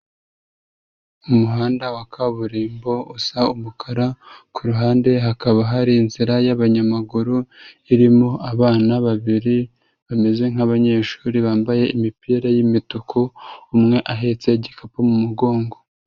Mu muhanda wa kaburimbo usa umukara, ku ruhande hakaba hari inzira y'abanyamaguru, irimo abana babiri, bameze nk'abanyeshuri bambaye imipira y'imituku, umwe ahetse igikapu mu mugongo.